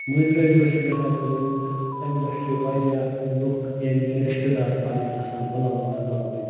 مٲنٛزۍ رٲژۍ دۄہ چھِ گژھان کٲم اَمہِ دۄہ چھِ واریاہ لُکھ یعنی کہِ رِشتہٕ دار پَنٕنۍ آسان بُلاونہٕ آمٕتۍ